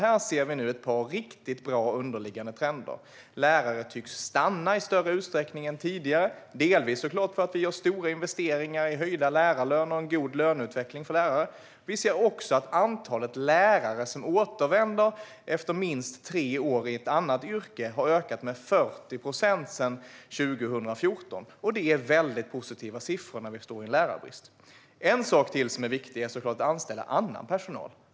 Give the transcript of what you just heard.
Här ser vi nu ett par riktigt bra underliggande trender: Lärare tycks stanna i större utsträckning än tidigare, delvis såklart för att vi gör stora investeringar i höjda löner och en god löneutveckling för lärare. Vi ser också att antalet lärare som återvänder efter minst tre år i ett annat yrke har ökat med 40 procent sedan 2014. Detta är väldigt positiva siffror när vi har lärarbrist. En sak till som är viktig är såklart att anställa annan personal.